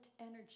energy